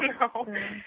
No